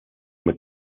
with